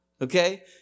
okay